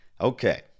Okay